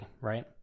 right